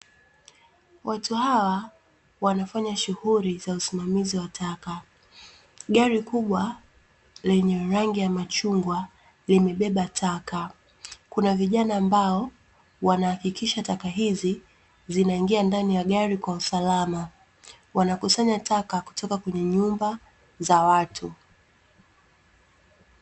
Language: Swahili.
Watu hawa wanafanya shughuli za usimamizi wa taka. Gari kubwa lenye rangi ya machungwa limebeba taka. Kuna vijana ambao wanahakikisha taka hizi zinaingia ndani ya gari kwa usalama. Wanakusanya taka kutoka kwenye nyumba za watu.